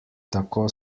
tako